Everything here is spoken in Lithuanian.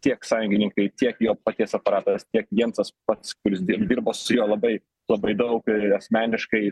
tiek sąjungininkai tiek jo paties aparatas tiek jiensas pats kuris dir dirbo su juo labai labai daug ir asmeniškai